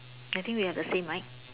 I think we have the same right